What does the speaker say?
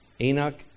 Enoch